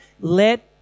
let